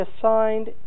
assigned